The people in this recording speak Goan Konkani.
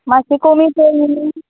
मात्शें कमी पय